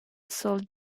sold